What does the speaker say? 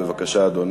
בבקשה, אדוני.